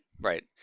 Right